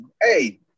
hey